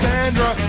Sandra